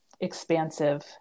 expansive